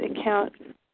account